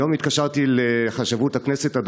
היום התקשרתי לחשבות הכנסת,